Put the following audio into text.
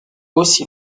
aussi